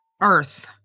earth